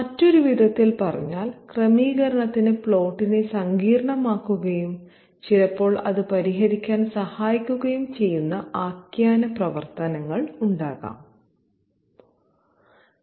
മറ്റൊരു വിധത്തിൽ പറഞ്ഞാൽ ക്രമീകരണത്തിന് പ്ലോട്ടിനെ സങ്കീർണ്ണമാക്കുകയും ചിലപ്പോൾ അത് പരിഹരിക്കാൻ സഹായിക്കുകയും ചെയ്യുന്ന ആഖ്യാന പ്രവർത്തനങ്ങൾ ഉണ്ടാകാം